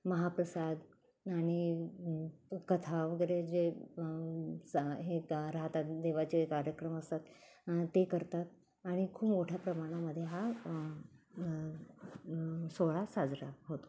महाप्रसाद आणि कथा वगैरे जे सा हे राहतात देवाचे कार्यक्रम असतात ते करतात आणि खूप मोठ्या प्रमाणामध्ये हा सोळा साजरा होतो